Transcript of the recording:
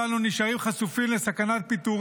אני מזמין את חבר הכנסת רם בן ברק להציג את הצעת החוק.